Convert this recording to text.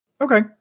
Okay